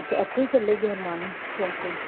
ਅੱਛਾ ਇੱਥੋਂ ਹੀ ਚੱਲੇਗੀ ਹਨੁੰਮਾਨ ਚੋਂਕ ਤੋਂ ਹੀ